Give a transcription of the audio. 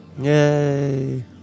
Yay